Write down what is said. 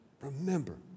remember